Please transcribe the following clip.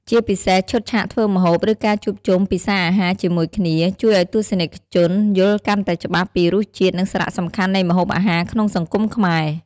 ជាពិសេសឈុតឆាកធ្វើម្ហូប ឬការជួបជុំពិសាអាហារជាមួយគ្នា ជួយឱ្យទស្សនិកជនយល់កាន់តែច្បាស់ពីរសជាតិ និងសារៈសំខាន់នៃម្ហូបអាហារក្នុងសង្គមខ្មែរ ។